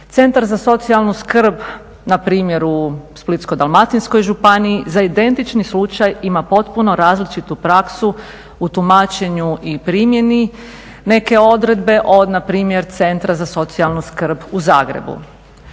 Centar za socijalnu skrb npr. u Splitsko-dalmatinskoj županiji za identični slučaj ima potpuno različiti praksu u tumačenju i primjeni neke odredbe, od npr. Centra za socijalnu skrb u Zagrebu.